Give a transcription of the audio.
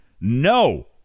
no